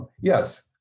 yes